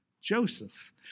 Joseph